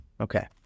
Okay